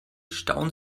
stauen